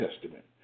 Testament